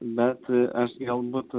bet aš galbūt